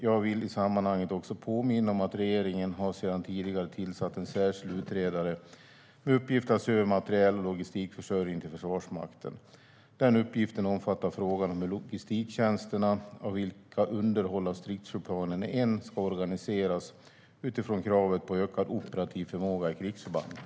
Jag vill i sammanhanget också påminna om att regeringen sedan tidigare har tillsatt en särskild utredare med uppgift att se över materiel och logistikförsörjningen till Försvarsmakten. Den uppgiften omfattar frågan om hur logistiktjänsterna - av vilka underhåll av stridsflygplan är en - ska organiseras utifrån kravet på ökad operativ förmåga i krigsförbanden.